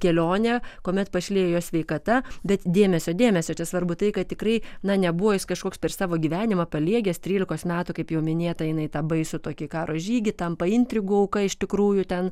kelionė kuomet pašlijo jo sveikata bet dėmesio dėmesio čia svarbu tai kad tikrai na nebuvo jis kažkoks per savo gyvenimą paliegęs trylikos metų kaip jau minėta eina į tą baisų tokį karo žygį tampa intrigų auka iš tikrųjų ten